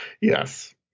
yes